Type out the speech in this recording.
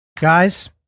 Guys